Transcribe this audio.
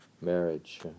Marriage